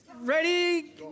ready